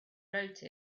wrote